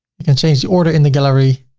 we can change the order in the gallery.